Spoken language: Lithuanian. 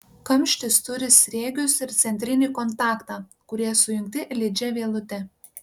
kamštis turi sriegius ir centrinį kontaktą kurie sujungti lydžia vielute